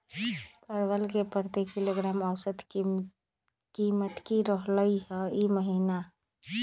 परवल के प्रति किलोग्राम औसत कीमत की रहलई र ई महीने?